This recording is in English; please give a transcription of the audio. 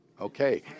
Okay